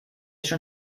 schon